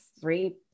three